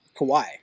Kawhi